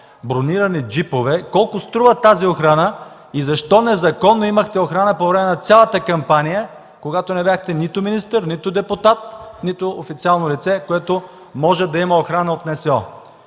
бронирани джипове? Колко струва тази охрана и защо незаконно имахте охрана по време на цялата кампания, когато не бяхте нито министър, нито депутат, нито официално лице, което може да има охрана от НСО?